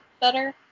better